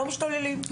לא משתוללים.